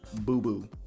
boo-boo